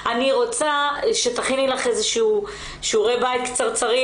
אני רוצה שתכיני לך איזשהם שיעורי בית קצרצרים.